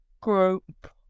group